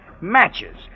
Matches